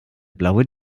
blaue